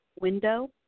window